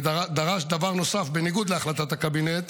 ודרש דבר נוסף בניגוד להחלטת הקבינט,